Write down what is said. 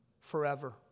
Forever